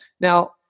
Now